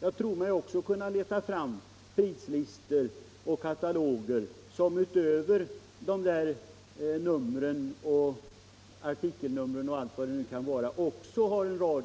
Jag tror mig kunna leta fram prislistor och kataloger som utöver artikelnummer och vad det kan vara också har en rad